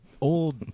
old